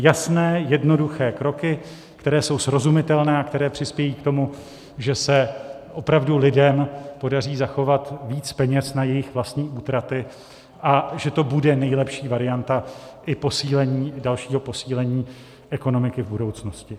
Jasné, jednoduché kroky, které jsou srozumitelné a které přispějí k tomu, že se opravdu lidem podaří zachovat víc peněz na jejich vlastní útraty a že to bude nejlepší varianta i dalšího posílení ekonomiky v budoucnosti.